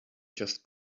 just